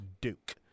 Duke